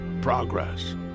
progress